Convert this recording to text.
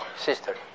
sister